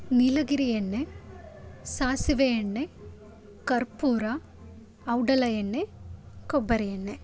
ನೀಲಗಿರಿ ಎಣ್ಣೆ ಸಾಸಿವೆ ಎಣ್ಣೆ ಕರ್ಪೂರ ಔಡಲ ಎಣ್ಣೆ ಕೊಬ್ಬರಿ ಎಣ್ಣೆ